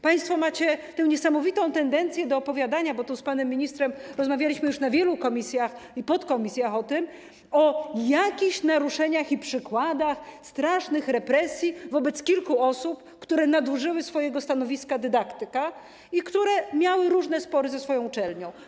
Państwo macie tę niesamowitą tendencję do opowiadania, bo tu z panem ministrem rozmawialiśmy już na wielu posiedzeniach komisji i podkomisji o tym, o jakichś naruszeniach i przykładach strasznych represji wobec kilku osób, które nadużyły swojego stanowiska dydaktyka i które miały różne spory ze swoją uczelnią.